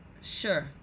Sure